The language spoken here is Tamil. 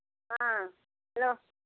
ஆ ஹலோ